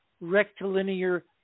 rectilinear